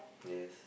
yes